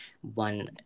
one